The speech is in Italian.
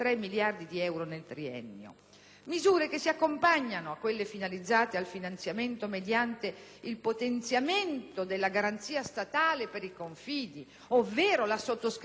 misure che si accompagnano a quelle finalizzate al finanziamento, mediante il potenziamento della garanzia statale per i confidi, ovvero la sottoscrizione pubblica di obbligazioni,